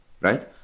right